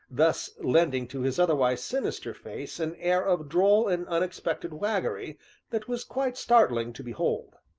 thus lending to his otherwise sinister face an air of droll and unexpected waggery that was quite startling to behold.